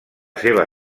seva